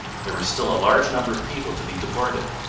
there were still a large number of people to be deported.